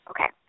Okay